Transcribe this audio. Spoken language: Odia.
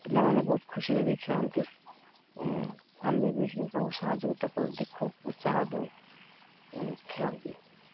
ପିଲାମାନେ ବହୁତ ଖୁସିରେ ବି ଖେଳନ୍ତି ଆମେ ବି ସେ ତାଙ୍କୁ ସହଯୋଗତାକୁ ଦେଖୁ ଉତ୍ସାହ ଦଉ ଖେଳନ୍ତି